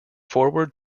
forward